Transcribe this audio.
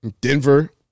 Denver